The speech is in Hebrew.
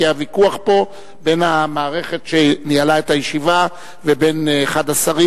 כי היה ויכוח פה בין המערכת שניהלה את הישיבה לבין אחד השרים,